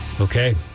Okay